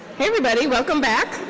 hey everybody. welcome back.